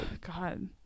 God